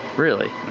really,